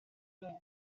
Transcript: year